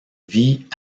vit